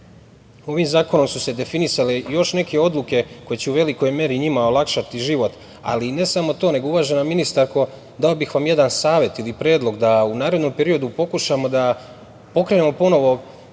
zakonom su se definisale još neke odluke koje će u velikoj meri i njima olakšati život, ali i ne samo to, nego, uvažena ministarko, dao bih vam jedan savet ili predlog, da u narednom periodu pokušamo da pokrenemo ponovo